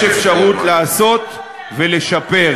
יש אפשרות לעשות ולשפר.